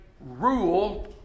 rule